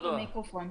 בדואר.